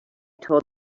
told